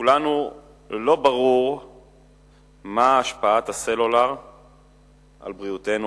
לכולנו לא ברור מהי השפעת הסלולר על בריאותנו,